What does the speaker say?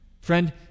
Friend